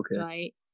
right